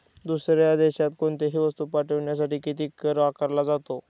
दुसऱ्या देशात कोणीतही वस्तू पाठविण्यासाठी किती कर आकारला जातो?